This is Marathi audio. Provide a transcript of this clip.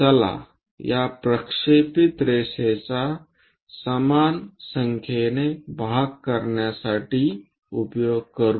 चला या प्रक्षेपित रेषेचा समान संख्येने भाग करण्यासाठी उपयोग करू